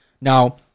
Now